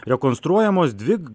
rekonstruojamos dvi